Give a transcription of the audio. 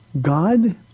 God